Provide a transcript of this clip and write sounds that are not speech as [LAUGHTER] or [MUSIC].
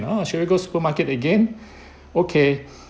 ah shall we go supermarket again [BREATH] okay